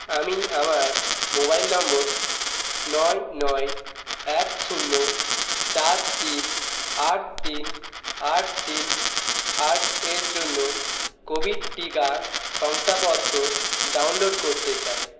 আমি আমার mobile number নয় নয় এক শূন্য চার তিন আট তিন আট তিন আট এর জন্য কোভিড টিকা শংসাপত্র ডাউনলোড করতে চাই